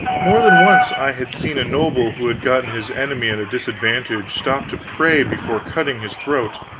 more than once i had seen a noble who had gotten his enemy at a disadvantage, stop to pray before cutting his throat